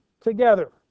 together